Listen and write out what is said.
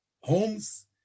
homes